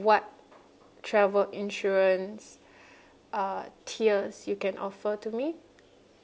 what travel insurance uh tiers you can offer to me